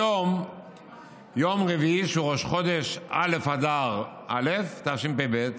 היום יום רביעי, שהוא ראש חודש, א' באדר א' תשפ"ב.